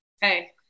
Hey